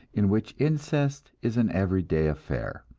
in which incest is an everyday affair,